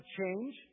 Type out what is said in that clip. change